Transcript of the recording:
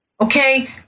Okay